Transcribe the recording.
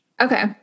Okay